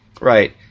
Right